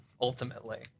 ultimately